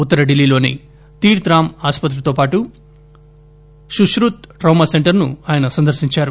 ఉత్తర ఢిల్లీలోని తీర్థ్ రామ్ ఆసుపత్రితో పాటు సుష్రుత్ ట్రౌమా సెంటర్ ను ఆయన సందర్నించారు